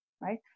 Right